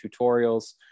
tutorials